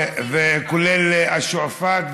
וכולל את שועפאט,